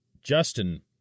Justin